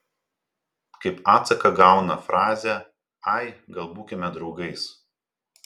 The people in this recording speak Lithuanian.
kaip atsaką gauna frazę ai gal būkime draugais